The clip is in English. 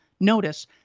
Notice